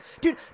Dude